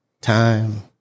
time